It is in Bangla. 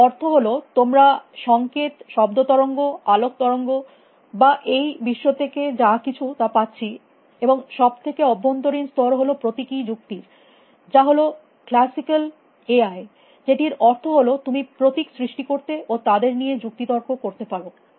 এর অর্থ হল তোমরা সংকেত শব্দ তরঙ্গ আলোক তরঙ্গ বা এই বিশ্ব থেকে যা কিছু তা পাচ্ছি এবং সব থেকে অভ্যন্তরীণ স্তর হল প্রতীকী যুক্তি র যা হল ক্লাসিকাল আএই যেটির অর্থ হল তুমি প্রতীক সৃষ্টি করতে ও তাদের নিয়ে যুক্তি তর্ক করতে পারো